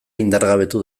indargabetu